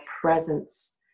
presence